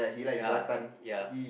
ya ya